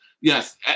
yes